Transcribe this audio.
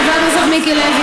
חבר הכנסת מיקי לוי,